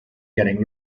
getting